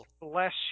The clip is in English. bless